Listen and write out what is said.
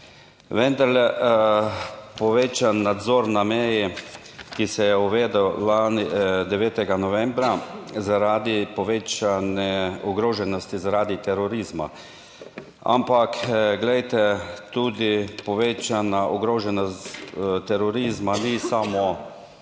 Vendarle povečan nadzor na meji, ki se je uvedel lani 9. novembra, zaradi povečane ogroženosti, zaradi terorizma. Ampak, glejte, tudi povečana ogroženost terorizma ni samo